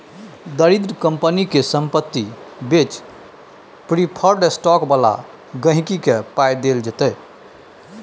दरिद्र कंपनी केर संपत्ति बेचि प्रिफर्ड स्टॉक बला गांहिकी केँ पाइ देल जेतै